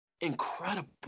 incredible